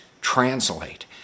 translate